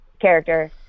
character